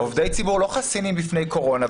עובדי ציבור לא חסינים בפני קורונה,